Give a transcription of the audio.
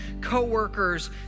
coworkers